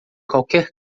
qualquer